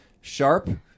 sharp